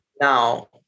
Now